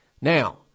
Now